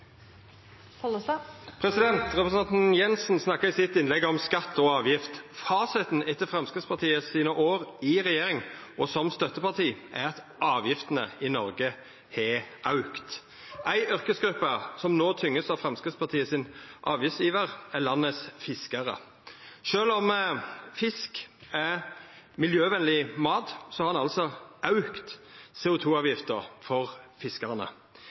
Representanten Jensen snakka i sitt innlegg om skatt og avgift. Fasiten etter Framstegspartiets år i regjering og som støtteparti er at avgiftene i Noreg har auka. Ei yrkesgruppe som no vert tynga av Framstegspartiets avgiftsiver, er landets fiskarar. Sjølv om fisk er miljøvennleg mat, har ein altså auka CO 2 -avgifta for fiskarane.